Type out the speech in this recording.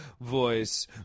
voice